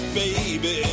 baby